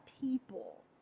people